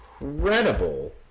incredible